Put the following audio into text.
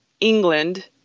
england